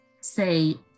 say